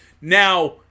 Now